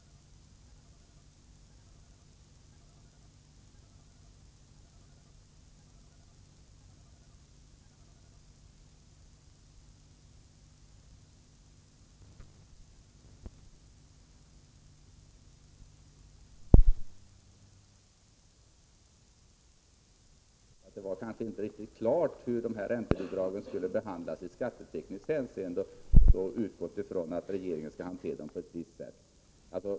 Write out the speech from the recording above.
Man har upptäckt att det kanske inte var riktigt klart hur räntebidragen skall behandlas i skattetekniskt hänseende och har då utgått från att regeringen skall hantera dem på ett visst sätt.